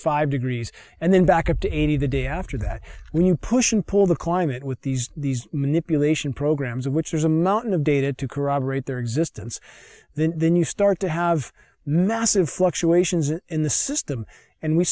five degrees and then back up to eighty the day after that when you push and pull the climate with these these manipulation programs which there's a mountain of data to corroborate their existence then then you start to have massive fluctuations in the system and we